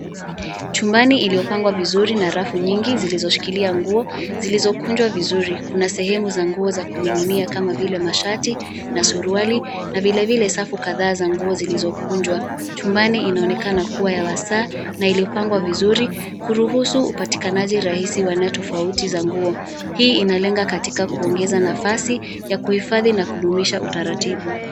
Chumbani iliyopangwa vizuri na rafu nyingi zilizoshikilia nguo, zilizokunjwa vizuri. Kuna sehemu za nguo za kuning'inia kama vile: mashati na suruali na vilevile safu kadhaa za nguo zilizokunjwa. Chumbani inaonekana kuwa ya wasaa na ilipangwa vizuri, kuruhusu upatikanaji rahisi wa aina tofauti za nguo. Hii inalenga katika kuongeza nafasi ya kuhifadhi na kudumisha utaratibu.